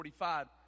45